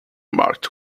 marked